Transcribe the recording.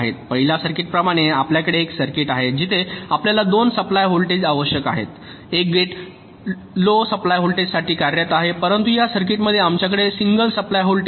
पहिल्या सर्किटप्रमाणे आपल्याकडे एक सर्किट आहे जिथे आपल्याला दोन सप्लाय व्होल्टेज आवश्यक आहेत एक गेट लो सप्लाय व्होल्टेजसह कार्यरत आहे परंतु या सर्किटमध्ये आमच्याकडे सिंगल सप्लाय व्होल्टेज आहे